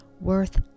worth